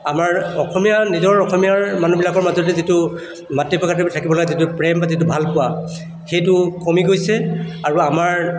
আমাৰ অসমীয়া নিজৰ অসমীয়াৰ মানুহবিলাকৰ মাজতে যিটো মাতৃভাষাৰ প্ৰতি থাকিবলগা যিটো প্ৰেম বা যিটো ভালপোৱা সেইটো কমি গৈছে আৰু আমাৰ